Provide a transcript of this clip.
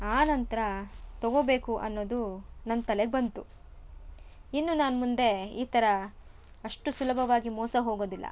ಆ ನಂತರ ತೊಗೊಬೇಕು ಅನ್ನೋದು ನನ್ನ ತಲೆಗೆ ಬಂತು ಇನ್ನು ನಾನು ಮುಂದೆ ಈ ಥರ ಅಷ್ಟು ಸುಲಭವಾಗಿ ಮೋಸ ಹೋಗೊದಿಲ್ಲ